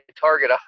target